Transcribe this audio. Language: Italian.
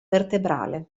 vertebrale